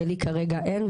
ולי כרגע אין,